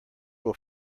will